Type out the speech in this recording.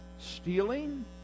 stealing